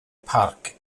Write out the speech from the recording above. parc